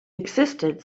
existed